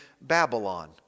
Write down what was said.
Babylon